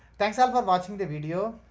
thanks for watching the video.